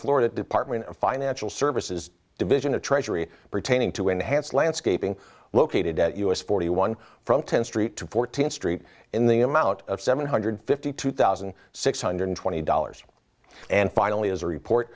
florida department of financial services division of treasury pertaining to enhance landscaping located at u s forty one from ten street to fourteenth street in the amount of seven hundred fifty two thousand six hundred twenty dollars and finally as a report